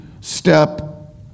step